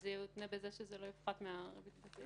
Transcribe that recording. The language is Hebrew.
שזה יותנה בזה שזה לא יופחת מריבית הבסיס.